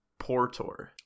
Portor